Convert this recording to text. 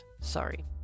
sorry